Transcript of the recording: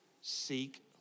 Seek